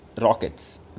Rockets